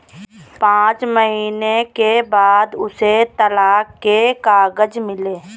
पांच महीने के बाद उसे तलाक के कागज मिले